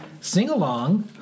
Sing-along